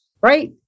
Right